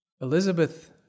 Elizabeth